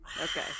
Okay